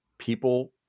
people